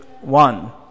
one